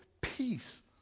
peace